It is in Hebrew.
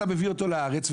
אתה מביא אותו לארץ,